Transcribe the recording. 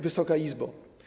Wysoka Izbo!